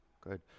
Good